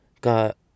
got